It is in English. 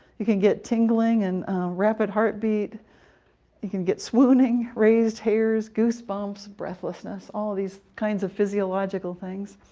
you can get tingling and rapid heartbeat you can get swooning raised hairs goosebumps' breathlessness. all these kinds of physiological things.